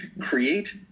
create